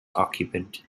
occupant